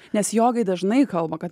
nes jogai dažnai kalba kad